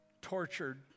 tortured